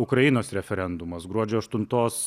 ukrainos referendumas gruodžio aštuntos